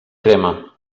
crema